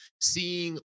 seeing